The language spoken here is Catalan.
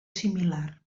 similar